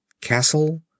Castle